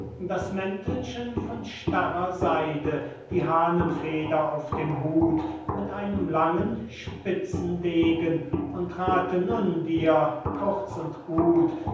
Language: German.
das mäntelchen von starrer seide die hahnenfeder auf dem hut mit einem langen spitzen degen und rathe nun dir kurz und gut